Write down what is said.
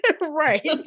right